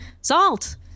Salt